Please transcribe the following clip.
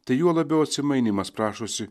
tai juo labiau atsimainymas prašosi